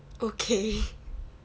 okay